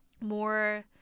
more